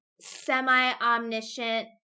semi-omniscient